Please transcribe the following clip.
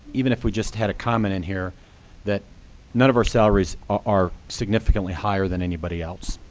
even if we just had a comment in here that none of our salaries are significantly higher than anybody else,